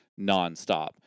nonstop